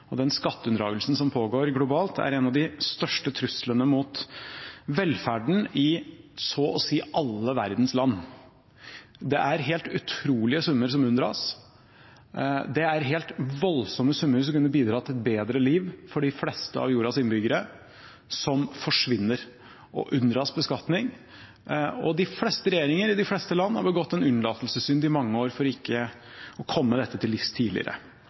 skatteplanleggingen, den kapitalflukten og den skatteunndragelsen som pågår globalt, er en av de største truslene mot velferden i så å si alle verdens land. Det er helt utrolige summer som unndras, det er voldsomme summer som kunne bidratt til bedre liv for de fleste av jordas innbyggere, som forsvinner og unndras beskatning. Regjeringene i de fleste land har begått en unnlatelsessynd i mange år ved ikke å komme dette til livs tidligere.